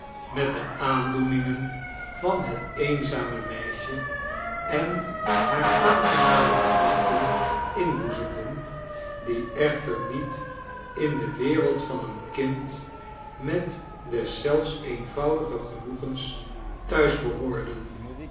met de aandoeningen van het eenzame meisje enhaar aangename gedachten inboezemden die echter niet in de wereld van een kind met deszelfs eenvoudige genoegens thuis behoorden